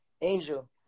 Angel